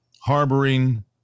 harboring